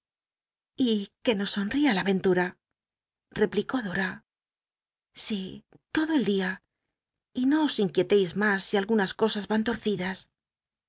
que nos sonría la enllua replicó dora si todo el día y no os inquieleis mas si algunas an torcidas cosas